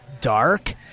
dark